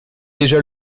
déjà